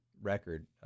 record